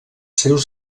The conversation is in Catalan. seus